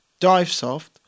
Divesoft